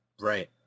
Right